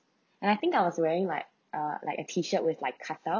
and I think I was wearing like uh like a T shirt with like cut out